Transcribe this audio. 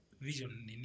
vision